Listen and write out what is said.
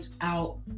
out